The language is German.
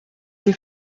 die